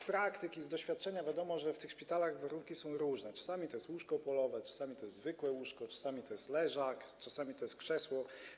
Z praktyki, z doświadczenia wiadomo, że w szpitalach warunki są różne: czasami to jest łóżko polowe, czasami to jest zwykłe łóżko, czasami to jest leżak, czasami to jest krzesło.